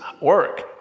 work